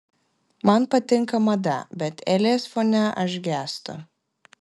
man patinka mada bet elės fone aš gęstu